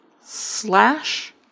slash